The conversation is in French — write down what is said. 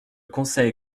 conseil